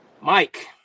Mike